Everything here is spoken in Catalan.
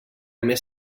més